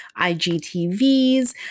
IGTVs